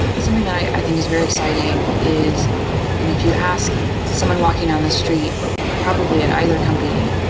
something that i think is very exciting is you know if you ask someone walking down the street probably at either company,